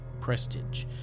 Prestige